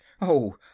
Oh